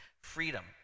freedom